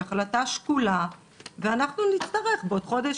שהיא החלטה שקולה ואנחנו נצטרך בעוד חודש